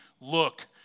look